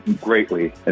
greatly